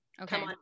Okay